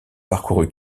parcouru